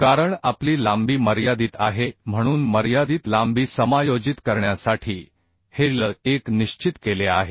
कारण आपली लांबी मर्यादित आहे म्हणून मर्यादित लांबी समायोजित करण्यासाठी हे L1 निश्चित केले आहे